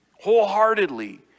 wholeheartedly